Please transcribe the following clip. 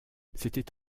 c’était